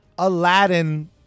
Aladdin